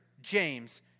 James